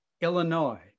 Illinois